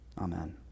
Amen